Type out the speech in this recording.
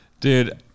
Dude